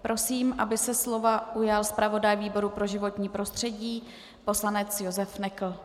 Prosím, aby se slova ujal zpravodaj výboru pro životní prostředí poslanec Josef Nekl.